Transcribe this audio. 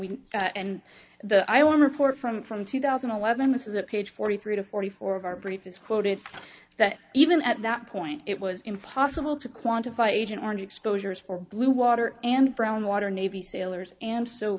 we and the i want to report from from two thousand and eleven this is a page forty three to forty four of our brief is quoted that even at that point it was impossible to quantify agent orange exposure is for blue water and brown water navy sailors and so